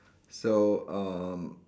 so um